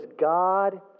God